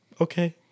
okay